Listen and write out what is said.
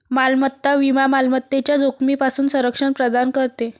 मालमत्ता विमा मालमत्तेच्या जोखमीपासून संरक्षण प्रदान करते